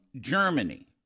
Germany